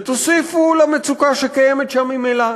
ותוסיפו למצוקה שקיימת שם ממילא,